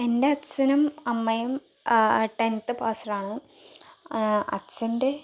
എൻ്റെ അച്ഛനും അമ്മയും ടെൻത് പാസ്ഡ് ആണ് അച്ഛൻ്റെ